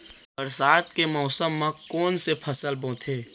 बरसात के मौसम मा कोन से फसल बोथे?